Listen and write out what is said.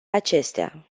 acestea